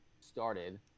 started